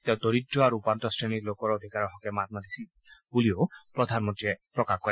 তেওঁ দৰিদ্ৰ আৰু উপান্ত শ্ৰেণীৰ লোকৰ অধিকাৰৰ হকে মাত মাতি আহিছিল বুলিও প্ৰধানমন্ত্ৰীয়ে প্ৰকাশ কৰে